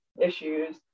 issues